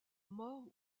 morts